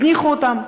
הזניחו אותם.